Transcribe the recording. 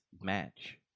match